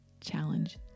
challenge